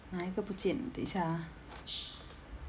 哪一个不见等一下啊